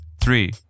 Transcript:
three